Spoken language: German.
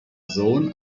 sohn